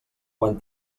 quan